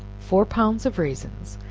four pounds of raisins,